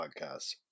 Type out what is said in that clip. podcast